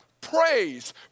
praise